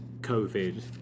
COVID